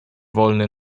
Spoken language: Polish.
wolny